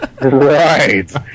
Right